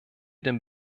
dem